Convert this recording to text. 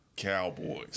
Cowboys